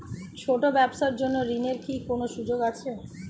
ছোট ব্যবসার জন্য ঋণ এর কি কোন সুযোগ আছে?